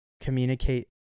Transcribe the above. communicate